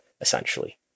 essentially